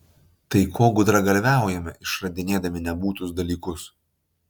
tai ko gudragalviaujame išradinėdami nebūtus dalykus